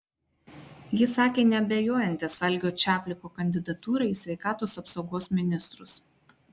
jis sakė neabejojantis algio čapliko kandidatūra į sveikatos apsaugos ministrus